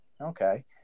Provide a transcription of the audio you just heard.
Okay